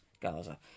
Gaza